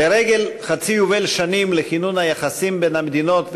לרגל חצי יובל שנים לכינון היחסים בין המדינות,